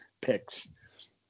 picks